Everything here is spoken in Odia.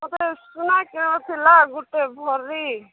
ମୋ ପାଖରେ ସୁନା ଥିଲା ଗୋଟେ ଭରି